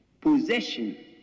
possession